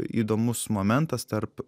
įdomus momentas tarp